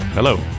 Hello